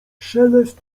szelest